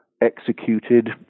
executed